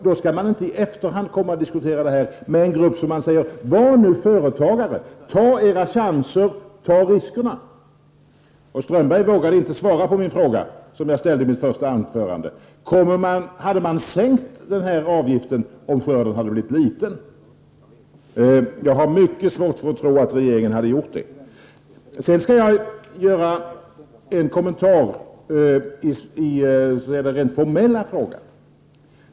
Då skall man inte i efterhand diskutera detta med denna grupp och säga: Var nu företagare, ta chanser och risker. Håkan Strömberg vågade inte svara på den fråga som jag ställde i mitt första anförande: Hade regeringen sänkt den här avgiften om skörden hade blivit liten? Jag har mycket svårt att tro att regeringen hade gjort det. Jag skall göra en kommentar om den rent formella frågan.